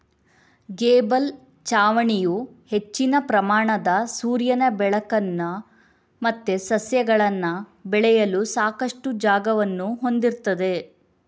gable ಛಾವಣಿಯು ಹೆಚ್ಚಿನ ಪ್ರಮಾಣದ ಸೂರ್ಯನ ಬೆಳಕನ್ನ ಮತ್ತೆ ಸಸ್ಯಗಳನ್ನ ಬೆಳೆಯಲು ಸಾಕಷ್ಟು ಜಾಗವನ್ನ ಹೊಂದಿರ್ತದೆ